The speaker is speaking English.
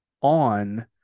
on